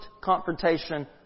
confrontation